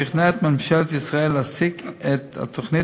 שכנע את ממשלת ישראל להשיק את התוכנית